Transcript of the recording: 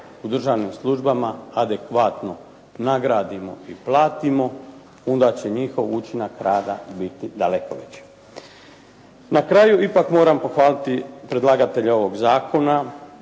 u državnim službama adekvatno nagradimo i platimo, onda će njihov učinak rada biti daleko veći. Na kraju ipak moram pohvaliti predlagatelja ovoga zakona